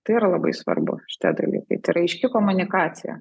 tai yra labai svarbu šitie dalykai tai yra aiški komunikacija